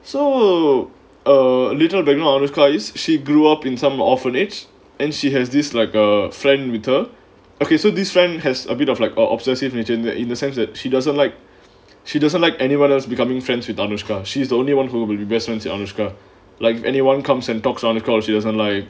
so a little bit you know honest guys she grew up in some orphanage and she has this like a friend with her okay so this friend has a bit of like or obsessive region that in the sense that she doesn't like she doesn't like anyone else becoming friends with anushka she's the only one who will best friends anushka like if anyone comes and talks on because she doesn't like